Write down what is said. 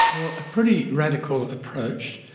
well, a pretty radical approach.